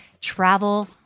travel